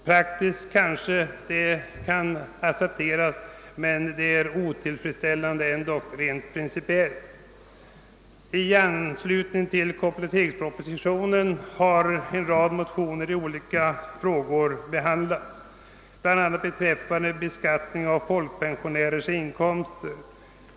Praktiskt kanske det kan accepteras, men det är ändock otillfredsställande rent principiellt. I anslutning till kompletteringspropositionen har en rad motioner behandlats, bl.a. beträffande beskattningen av folkpensionärers inkomst.